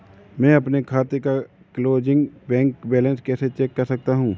मैं अपने खाते का क्लोजिंग बैंक बैलेंस कैसे चेक कर सकता हूँ?